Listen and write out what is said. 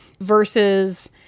Versus